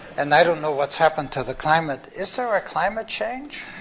and i don't know what's happened to the climate, is there a climate change?